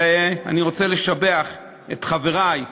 ואני רוצה לשבח את חברי,